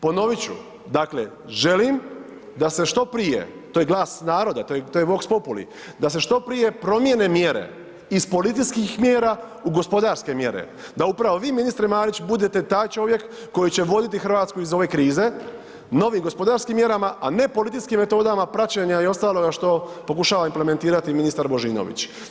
Ponovit ću, dakle želim da se što prije, to je glas naroda to je vox populi da se što prije promijene mjere iz policijskih mjera u gospodarske mjere, da upravo vi ministre Marić budete taj čovjek koji će voditi Hrvatsku iz ove krize, novim gospodarskim mjerama, a ne policijskim metodama praćenja i ostaloga što pokušava implementirati ministar Božinović.